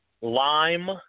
lime